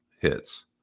hits